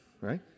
right